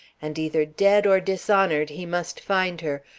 and either dead or dishonored he must find her,